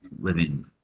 living